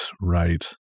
right